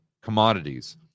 commodities